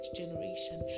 generation